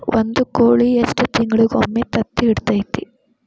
ಒಂದ್ ಕೋಳಿ ಎಷ್ಟ ತಿಂಗಳಿಗೊಮ್ಮೆ ತತ್ತಿ ಇಡತೈತಿ?